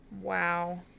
Wow